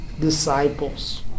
disciples